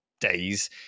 days